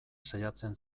saiatzen